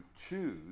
choose